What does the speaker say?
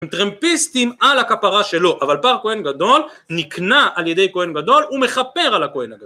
הם טרמפיסטים על הכפרה שלו אבל פר כהן גדול נקנה על ידי כהן גדול ומכפר על הכהן הגדול